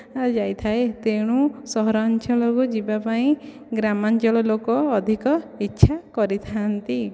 ଯାଇଥାଏ ତେଣୁ ସହରାଞ୍ଚଳକୁ ଯିବାପାଇଁ ଗ୍ରାମାଞ୍ଚଳ ଲୋକ ଅଧିକ ଇଛା କରିଥାଆନ୍ତି